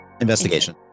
Investigation